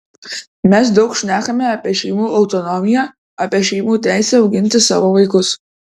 mes daug šnekame apie šeimų autonomiją apie šeimų teisę auginti savo vaikus